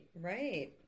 Right